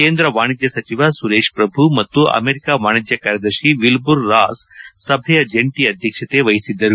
ಕೇಂದ್ರ ವಾಣಿಜ್ಯ ಸಚಿವ ಸುರೇತ್ ಪ್ರಭು ಮತ್ತು ಅಮೆರಿಕ ವಾಣಿಜ್ಯ ಕಾರ್ಯದರ್ಶಿ ವಿಲ್ಬುರ್ ರಾಸ್ ಸಭೆಯ ಜಂಟ ಅಧ್ಯಕ್ಷತೆ ವಹಿಸಿದ್ದರು